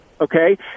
Okay